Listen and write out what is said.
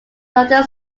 northern